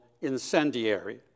incendiary